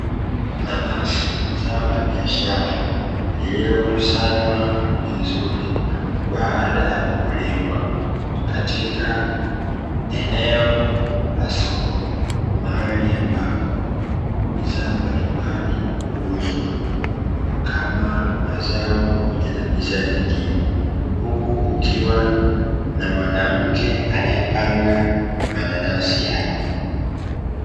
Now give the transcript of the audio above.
Nanasi, zao la biashara lililokusanywa vizuri baada ya kulimwa katika eneo la soko, mahali ambako bidhaa mbalimbali huuzwa, kama mazao pamoja na bidhaa nyingine. Huku kukiwa na mwanamke anayepanga mananasi hayo.